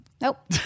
Nope